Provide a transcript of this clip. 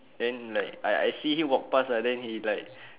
then like I I see him walk pass lah then he like